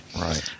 right